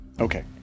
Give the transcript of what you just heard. Okay